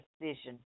precision